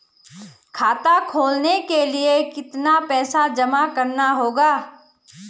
खाता खोलने के लिये कितना पैसा जमा करना होगा?